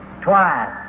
twice